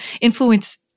Influence